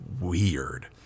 weird